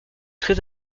très